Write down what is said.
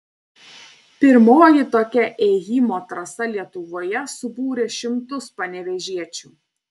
pirmoji tokia ėjimo trasa lietuvoje subūrė šimtus panevėžiečių